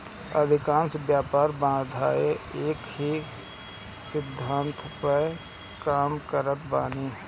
अधिकांश व्यापार बाधाएँ एकही सिद्धांत पअ काम करत बानी